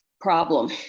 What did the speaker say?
problem